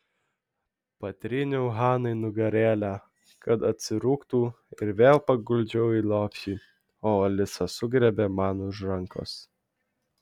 patryniau hanai nugarėlę kad atsirūgtų ir vėl paguldžiau į lopšį o alisa sugriebė man už rankos